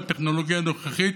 בטכנולוגיה הנוכחית,